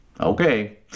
Okay